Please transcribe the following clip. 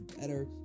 better